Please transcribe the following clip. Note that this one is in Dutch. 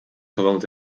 gewoond